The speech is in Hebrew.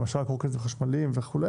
למשל קורקינטים חשמליים וכו',